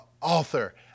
author